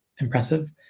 impressive